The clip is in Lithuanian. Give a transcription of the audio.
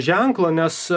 ženklo nes